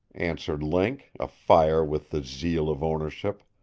answered link, afire with the zeal of ownership.